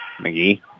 McGee